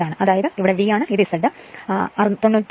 അതായത് ഇത് V ആണ് ഇത് Z അതും 90